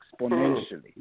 exponentially